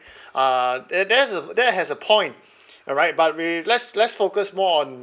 uh it there's a that has a point alright but we let's let's focus more on